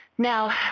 Now